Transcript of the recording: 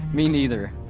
me neither.